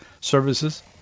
services